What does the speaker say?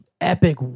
epic